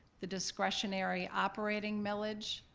the discretionary operating millage,